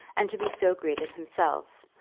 and to be so greeted himself,